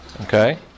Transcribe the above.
Okay